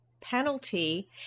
penalty